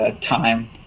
time